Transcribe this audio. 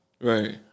Right